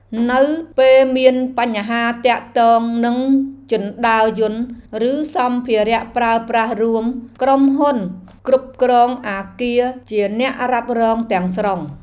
នៅពេលមានបញ្ហាទាក់ទងនឹងជណ្តើរយន្តឬសម្ភារប្រើប្រាស់រួម ក្រុមហ៊ុនគ្រប់គ្រងអគារជាអ្នករ៉ាប់រងទាំងស្រុង។